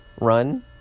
Run